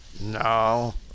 No